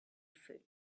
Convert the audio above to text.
food